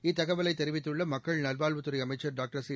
இத்தகவலை தெரிவித்துள்ள மக்கள் நல்வாழ்வுத்துறை அமைச்சர் டாக்டர் சி